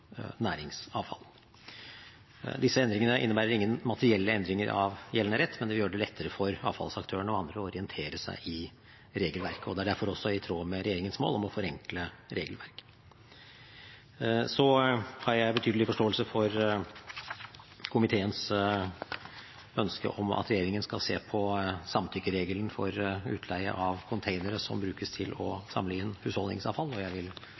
næringsavfall. Disse endringene innebærer ingen materielle endringer av gjeldende rett, men det vil gjøre det lettere for avfallsaktørene og andre å orientere seg i regelverket, og det er derfor også i tråd med regjeringens mål om å forenkle regelverket. Jeg har betydelig forståelse for komiteens ønske om at regjeringen skal se på samtykkeregelen for utleie av containere som brukes til å samle inn husholdningsavfall, og jeg vil